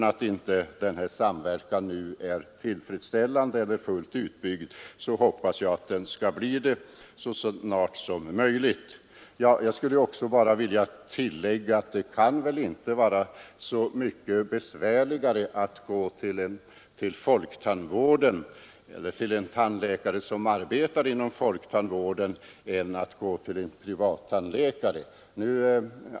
I den mån denna samvérkan inte är tillfredsställande eller fullt utbyggd hoppas jag att den skall bli det så snart som möjligt. Jag skulle vilja tillägga att det väl inte kan vara så mycket besvärligare att gå till folktandvården eller till en tandläkare som arbetar inom folktandvården än att gå till en privattandläkare.